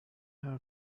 همه